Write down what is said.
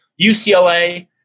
UCLA